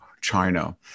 China